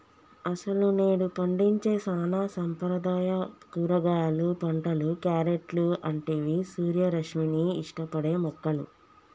అసలు నేడు పండించే సానా సాంప్రదాయ కూరగాయలు పంటలు, క్యారెట్లు అంటివి సూర్యరశ్మిని ఇష్టపడే మొక్కలు